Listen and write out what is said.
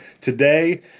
Today